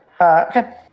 Okay